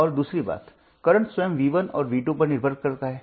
और दूसरी बात करंट स्वयं V1 और V2 पर निर्भर करता है